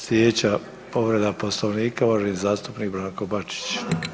Sljedeća povreda Poslovnika, uvaženi zastupnik Branko Bačić.